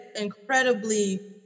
incredibly